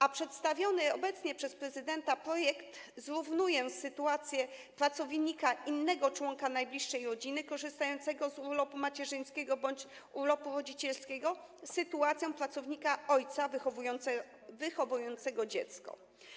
A przedstawiony obecnie przez prezydenta projekt zrównuje sytuację pracownika innego członka najbliższej rodziny korzystającego z urlopu macierzyńskiego bądź urlopu rodzicielskiego z sytuacją pracownika ojca wychowującego dziecko.